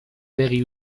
begi